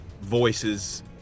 voices